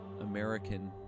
American